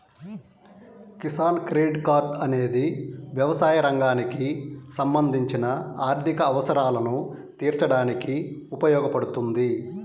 Kisan credit card అనేది వ్యవసాయ రంగానికి సంబంధించిన ఆర్థిక అవసరాలను తీర్చడానికి ఉపయోగపడుతుంది